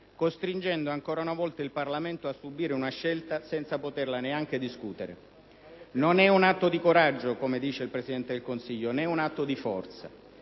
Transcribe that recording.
costringendo ancora una volta il Parlamento a subire una scelta senza poterla neanche discutere. Non è un atto di coraggio, come dice il Presidente del Consiglio, né un atto di forza.